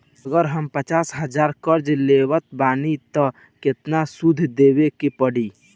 अगर हम पचास हज़ार कर्जा लेवत बानी त केतना सूद देवे के पड़ी?